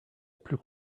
plus